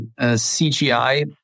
CGI